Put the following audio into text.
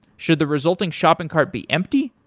should the resulting shopping cart be empty?